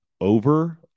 over